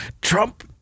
Trump